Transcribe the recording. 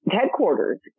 headquarters